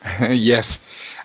Yes